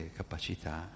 capacità